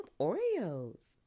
Oreos